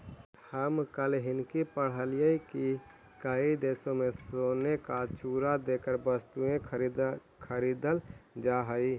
हम कल हिन्कि पढ़लियई की कई देशों में सोने का चूरा देकर वस्तुएं खरीदल जा हई